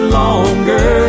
longer